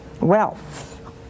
wealth